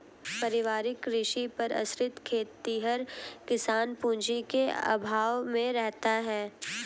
पारिवारिक कृषि पर आश्रित खेतिहर किसान पूँजी के अभाव में रहता है